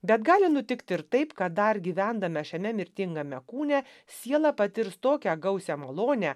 bet gali nutikti ir taip kad dar gyvendame šiame mirtingame kūne siela patirs tokią gausią malonę